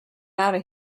outta